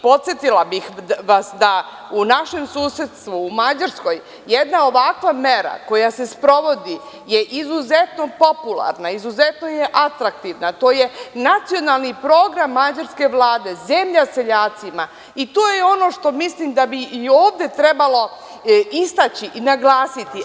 Podsetila bih vas da u našem susedstvu u Mađarskoj, jedna ovakva mera koja se sprovodi je izuzetno popularna, izuzetno atraktivna to je nacionalni program Mađarske vlade, zemlja seljacima, i to je ono što mislim da bi i ovde trebalo istaći i naglasiti.